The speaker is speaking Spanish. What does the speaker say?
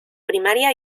primaria